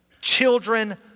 Children